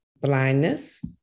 blindness